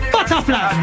Butterfly